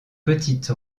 petites